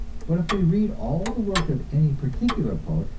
but if we read all the work of any particular poet,